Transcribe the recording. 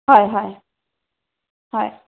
হয় হয় হয়